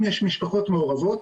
אם יש משפחות מעורבות,